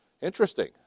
Interesting